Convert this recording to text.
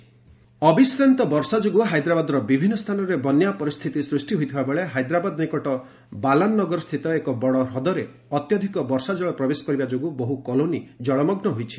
rescue and relief ଅବିଶ୍ରାନ୍ତ ବର୍ଷା ଯୋଗୁଁ ହାଇଦ୍ରାବାଦର ବିଭିନ୍ନ ସ୍ଥାନରେ ବନ୍ୟା ପରିସ୍ଥିତି ସୃଷ୍ଟି ହୋଇଥିବାବେଳେ ହାଇଦ୍ରାବାଦ ନିକଟ ବାଲାନଗରସ୍ଥିତ ଏକ ବଡ ହ୍ରଦରେ ଅତ୍ୟଧିକ ବର୍ଷାଜଳ ପ୍ରବେଶ କରିବା ଯୋଗୁ ବହୁ କଲୋନି କଳମଗୁ ହୋଇଛି